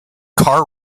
car